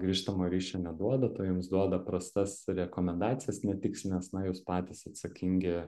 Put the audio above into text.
grįžtamojo ryšio neduodat o jums duoda prastas rekomendacijas netikslines na jūs patys atsakingi